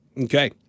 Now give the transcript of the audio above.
Okay